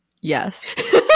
Yes